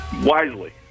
wisely